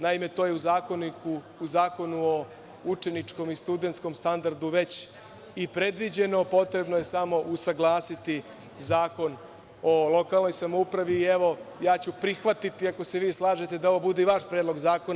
Naime, to je u Zakonu o učeničkom i studentskom standardu već i predviđeno, potrebno je samo usaglasati Zakon o lokalnoj samoupravi i evo, ja ću prihvatiti ako se vi slažete da ovo bude i vaš predlog zakona.